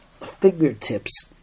fingertips